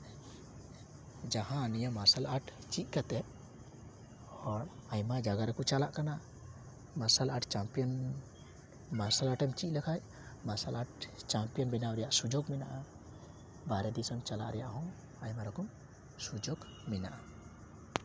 ᱡᱟᱦᱟᱸ ᱱᱤᱭᱟᱹ martial arts ᱪᱮᱫ ᱠᱟᱛᱮ ᱦᱚᱲ ᱟᱭᱢᱟ ᱡᱟᱭᱜᱟ ᱨᱚᱠᱚ ᱪᱟᱞᱟᱜ ᱠᱟᱱᱟ ᱢᱟᱨᱥᱟᱞ ᱟᱨᱴᱥ ᱪᱟᱢᱯᱤᱭᱟᱱ ᱢᱟᱨᱥᱟᱞ ᱟᱴᱮᱢ ᱪᱮᱫ ᱞᱮᱠᱷᱟᱡ ᱢᱟᱨᱥᱟᱞ ᱟᱨᱴᱥ ᱪᱟᱢᱯᱤᱭᱟᱱ ᱵᱮᱱᱟᱣ ᱨᱮᱭᱟᱜ ᱥᱩᱡᱳᱜᱽ ᱢᱮᱱᱟᱜᱼᱟ ᱵᱟᱨᱦᱮ ᱫᱤᱥᱚᱢ ᱪᱟᱞᱟᱜ ᱨᱮᱭᱟᱜ ᱦᱚᱸ ᱟᱭᱢᱟ ᱨᱚᱠᱚᱢ ᱥᱩᱡᱳᱜᱽ ᱢᱮᱱᱟᱜᱼᱟ